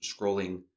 scrolling